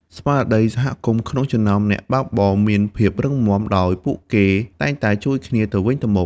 ស្មារតីសហគមន៍ក្នុងចំណោមអ្នកបើកបរមានភាពរឹងមាំ ដោយពួកគេតែងតែជួយគ្នាទៅវិញទៅមក។